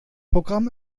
programm